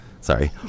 Sorry